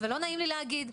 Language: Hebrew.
ולא נעים לי להגיד,